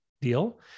deal